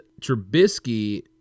Trubisky